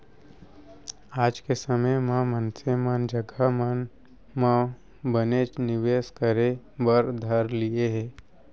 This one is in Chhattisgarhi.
आज के समे म मनसे मन जघा मन म बनेच निवेस करे बर धर लिये हें